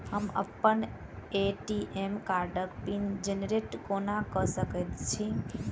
हम अप्पन ए.टी.एम कार्डक पिन जेनरेट कोना कऽ सकैत छी?